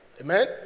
Amen